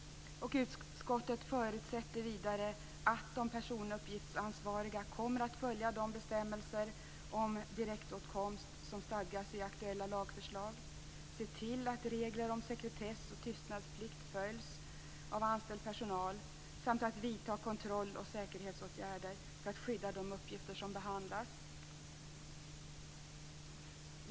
Utskottet förutsätter vidare att de personuppgiftsansvariga kommer att följa de bestämmelser om direktåtkomst som stadgas i aktuella lagförslag. De skall se till att regler om sekretess och tystnadsplikt följs av anställd personal samt vidta kontroll och säkerhetsåtgärder för att skydda de uppgifter som behandlas.